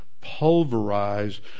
pulverize